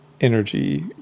energy